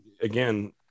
again